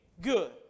good